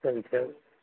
சரிங்க சார்